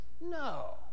No